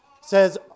says